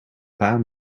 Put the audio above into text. paar